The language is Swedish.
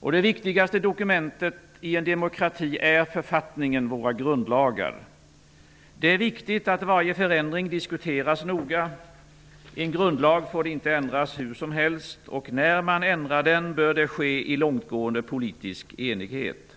Det viktigaste dokumentet i en demokrati är författningen; våra grundlagar. Det är viktigt att varje förändring diskuteras noga. En grundlag får inte ändras hur som helst. Och när man ändrar den bör det ske i långtgående politisk enighet.